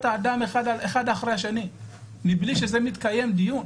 האדם אחד אחרי השני בלי לקיים על זה דיון.